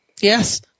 yes